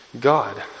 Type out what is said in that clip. God